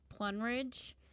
Plunridge